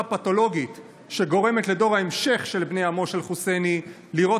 הפתולוגית שגורמת לדור ההמשך של בני עמו של אל-חוסייני לירות